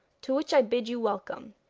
to which i bid you welcome.